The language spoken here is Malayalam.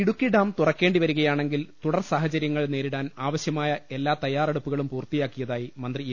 ഇടുക്കി ഡാം തുറക്കേണ്ടി വരികയാണെങ്കിൽ തുടർ സാഹച ര്യങ്ങൾ നേരിടാൻ ആവശ്യമായ എല്ലാ തയ്യാറെടുപ്പുകളും പൂർത്തി യാ ക്കിയ തായി മന്തി ഇ